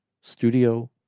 studio